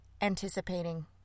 anticipating